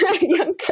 younger